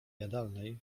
jadalnej